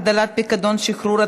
הגדלת פיקדון שחרור),